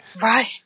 Right